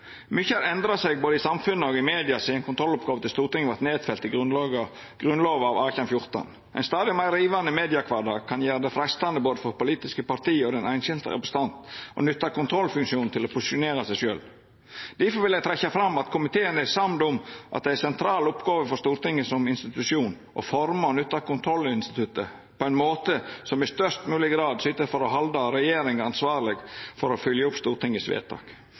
Mykje har endra seg både i samfunnet og i media sidan kontrolloppgåva til Stortinget vart nedfelt i Grunnlova av 1814. Ein stadig meir rivande mediekvardag kan gjera det freistande både for politiske parti og for den einskile representant å nytta kontrollfunksjonen til å posisjonera seg sjølv. Difor vil eg trekkja fram at komiteen er samd om at ei sentral oppgåve for Stortinget som institusjon er å forma og nytta kontrollinstituttet på ein måte som i størst mogeleg grad syter for å halda regjeringa ansvarleg for å fylgja opp Stortingets vedtak.